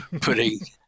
putting